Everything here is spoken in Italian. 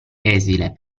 esile